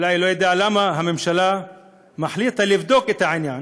לא יודע למה, הממשלה מחליטה לבדוק את העניין.